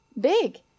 big